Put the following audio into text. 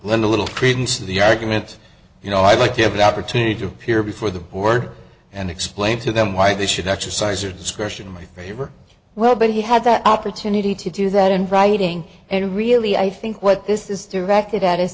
lend a little credence to the argument you know i'd like to have the opportunity to appear before the board and explain to them why they should exercise her discretion when you are well but he had the opportunity to do that in writing and really i think what this is directed at is